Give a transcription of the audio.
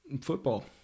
football